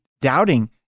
doubting